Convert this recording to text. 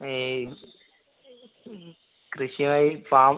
ഏയ് കൃഷിയായി ഫാം